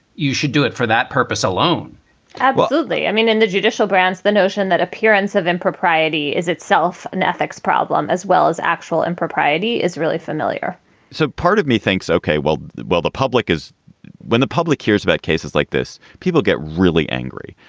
you should do it for that purpose alone absolutely. i mean, and the judicial branch, the notion that appearance of impropriety is itself an ethics problem as well as actual impropriety is really familiar so part of me thinks, ok, well well, the public is when the public hears about cases like this, people get really angry.